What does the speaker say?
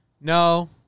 No